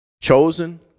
chosen